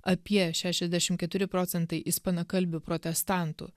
apie šešiasdešimt keturi procentai ispanakalbių protestantų